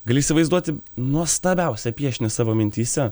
gali įsivaizduoti nuostabiausią piešinį savo mintyse